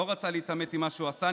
לא רוצה להתעמת עם מה שהוא עשה,